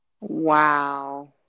Wow